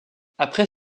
après